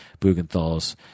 Bugenthal's